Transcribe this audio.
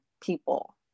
people